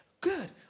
Good